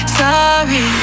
sorry